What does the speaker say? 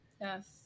Yes